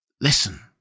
Listen